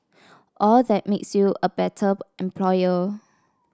all that makes you a better employer